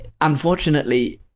Unfortunately